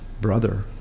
Brother